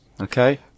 okay